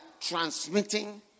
transmitting